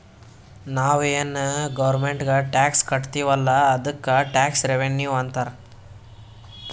ನಾವು ಏನ್ ಗೌರ್ಮೆಂಟ್ಗ್ ಟ್ಯಾಕ್ಸ್ ಕಟ್ತಿವ್ ಅಲ್ಲ ಅದ್ದುಕ್ ಟ್ಯಾಕ್ಸ್ ರೆವಿನ್ಯೂ ಅಂತಾರ್